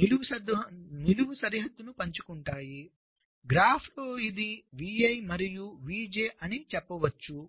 నిలువు సరిహద్దును పంచుకుంటాయి గ్రాఫ్లో ఇది vi అని మరియు ఇది vj అని చెప్పవచ్చు